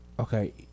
Okay